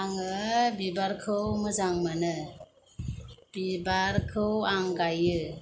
आङो बिबारखौ मोजां मोनो बिबारखौ आं गायो